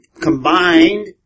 combined